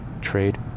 trade